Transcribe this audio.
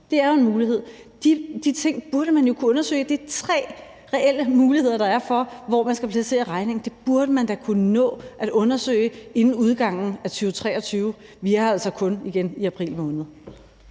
Det er jo en mulighed. De ting burde man jo kunne undersøge. Det er tre reelle muligheder, der er, for, hvor man skal placere regningen. Det burde man da kunne nå at undersøge inden udgangen af 2023. Vi er altså kun i april måned.